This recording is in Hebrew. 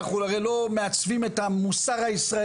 אנחנו הרי לא מעצבים את המוסר הישראלי